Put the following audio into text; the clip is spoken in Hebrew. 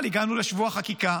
אבל הגענו לשבוע החקיקה,